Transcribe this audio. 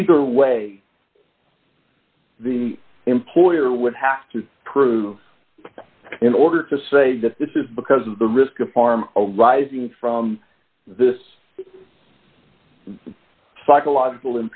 either way the employer would have to prove in order to say that this is because of the risk of farm arising from this psychological